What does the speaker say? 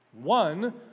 One